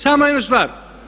Samo jednu stvar.